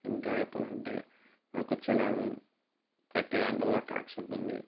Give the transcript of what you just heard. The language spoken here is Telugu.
ఇంకా చెప్పాలంటే మనకు చలాన్ కట్టే దాంట్లో కూడా ట్యాక్స్ ఉంటుంది